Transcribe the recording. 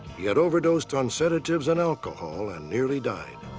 he had overdosed on sedatives and alcohol and nearly died.